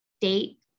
date